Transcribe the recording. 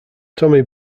tommy